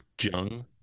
Jung